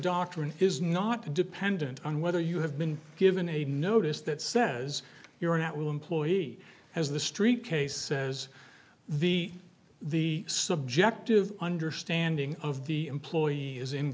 doctrine is not dependent on whether you have been given a notice that says you are not will employ he has the street case as the the subjective understanding of the employee is in